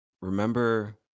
Remember